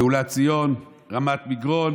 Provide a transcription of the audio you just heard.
גאולת ציון, רמת מגרון